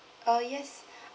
uh yes